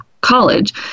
college